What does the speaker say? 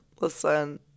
Listen